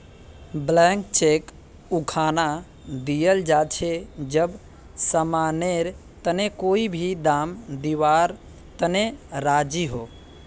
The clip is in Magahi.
ब्लैंक चेक उखना दियाल जा छे जब समानेर तने कोई भी दाम दीवार तने राज़ी हो